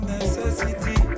necessity